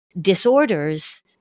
disorders